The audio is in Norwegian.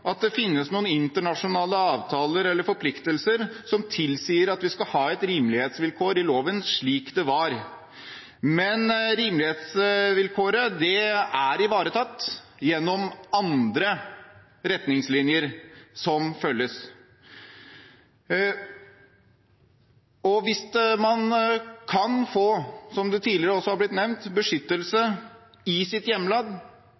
noen internasjonale avtaler eller forpliktelser som tilsier at vi skal ha et rimelighetsvilkår i loven, slik det var. Men rimelighetsvilkåret er ivaretatt gjennom andre retningslinjer som følges. Hvis man kan få, som nevnt tidligere, beskyttelse i sitt hjemland, riktignok kanskje i et annet område, har